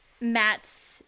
Matt's